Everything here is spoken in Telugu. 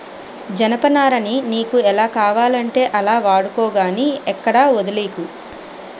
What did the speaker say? జనపనారని నీకు ఎలా కావాలంటే అలా వాడుకో గానీ ఎక్కడా వొదిలీకు